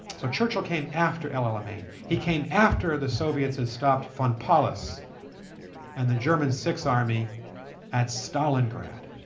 so churchill came after el alamein. he came after the soviets had stopped von paulus and the german sixth army at stalingrad,